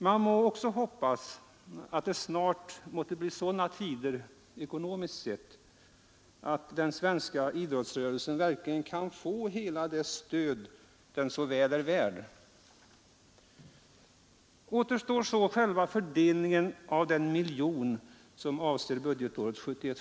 Man må också hoppas att det snart måtte bli sådana tider, ekonomiskt sett, att den svenska idrottsrörelsen verkligen kan få hela det stöd som den så väl är värd. Återstår så själva fördelningen av den miljon som avser budgetåret 1971/72.